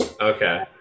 okay